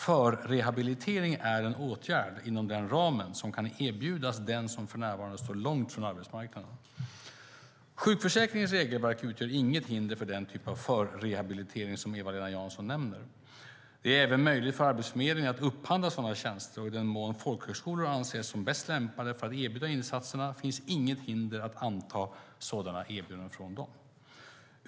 Förrehabilitering är en åtgärd som kan erbjudas den som för närvarande står långt från arbetsmarknaden. Sjukförsäkringens regelverk utgör inget hinder för den typ av förrehabilitering som Eva-Lena Jansson nämner. Det är även möjligt för Arbetsförmedlingen att upphandla sådana tjänster, och i den mån folkhögskolor anses som bäst lämpade för att erbjuda insatserna finns inget hinder mot att anta erbjudanden från dem.